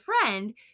friend